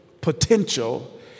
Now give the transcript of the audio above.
potential